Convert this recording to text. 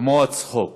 "כמו הצחוק".